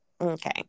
Okay